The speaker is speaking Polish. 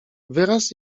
wyraz